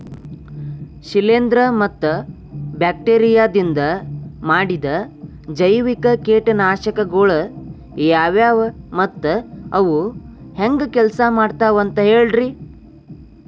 ಶಿಲೇಂಧ್ರ ಮತ್ತ ಬ್ಯಾಕ್ಟೇರಿಯದಿಂದ ಮಾಡಿದ ಜೈವಿಕ ಕೇಟನಾಶಕಗೊಳ ಯಾವ್ಯಾವು ಮತ್ತ ಅವು ಹೆಂಗ್ ಕೆಲ್ಸ ಮಾಡ್ತಾವ ಅಂತ ಹೇಳ್ರಿ?